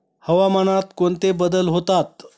हवामानात कोणते बदल होतात?